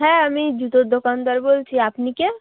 হ্যাঁ আমি জুতোর দোকানদার বলছি আপনি কে